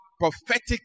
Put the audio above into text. prophetic